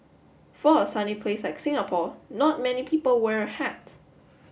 for a sunny place like Singapore not many people wear a hat